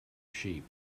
sheep